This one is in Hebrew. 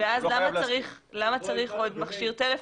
למה צריך עוד מכשיר טלפון?